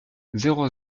zéro